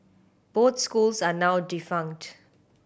both schools are now defunct